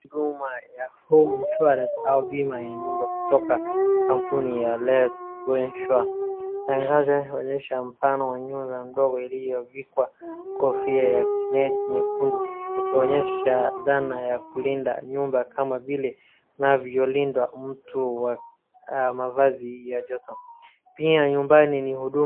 Huduma ya home insurance au bima ya nyumba kutoka kampuni ya LetsGo insure inaonyesha mfano wa nyumba ndogo iliyovikwa kofia ya red nyekundu ikionyesha dhana ya kulinda nyumba kama vile inavyolindwa mtu wa mavazi ya joto. Pia nyumbani ni huduma.